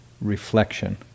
reflection